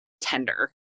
tender